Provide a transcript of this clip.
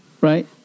right